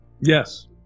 Yes